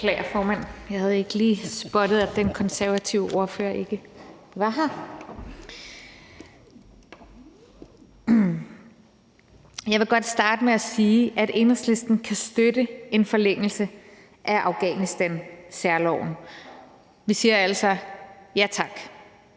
Jeg vil godt starte med at sige, at Enhedslisten kan støtte en forlængelse af Afghanistansærloven. Vi siger altså ja tak